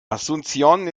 asunción